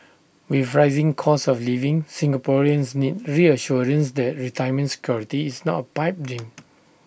with rising costs of living Singaporeans need reassurance that retirement security is not A pipe